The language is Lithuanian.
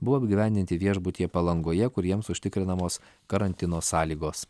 buvo apgyvendinti viešbutyje palangoje kur jiems užtikrinamos karantino sąlygos